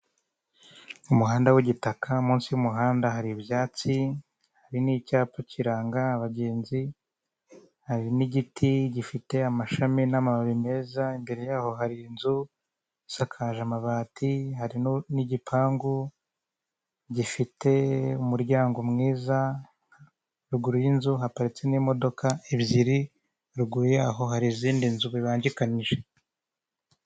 Umuhanda w'igitaka ,mu nsi y'umuhanda hari ibyatsi, hari n'icyapa kiranga abagenzi, hari n'igiti gifite amashami n'amababi meza, imbere yaho hari inzu isakaje amabati, hari n'igipangu gifite umuryango mwiza, ruguru y'inzu haparitse n'imodoka ebyiri, ruguru yaho hari izindi nzu bibangikanyije.